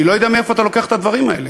אני לא יודע מאיפה אתה לוקח את הדברים האלה,